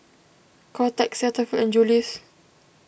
Kotex Cetaphil and Julie's